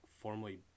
formally